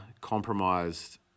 compromised